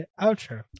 outro